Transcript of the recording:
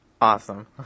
Awesome